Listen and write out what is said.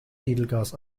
edelgas